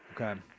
Okay